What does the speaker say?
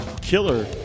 killer